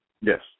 Yes